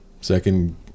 Second